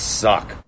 suck